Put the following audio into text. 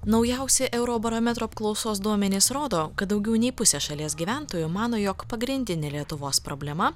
naujausi eurobarometro apklausos duomenys rodo kad daugiau nei pusė šalies gyventojų mano jog pagrindinė lietuvos problema